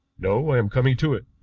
no, i am coming to it.